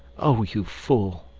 oh! you fool,